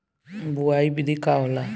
बुआई विधि का होला?